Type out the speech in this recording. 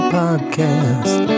podcast